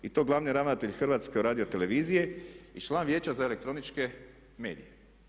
I to glavni ravnatelj HRT-a i član Vijeća za elektroničke medije.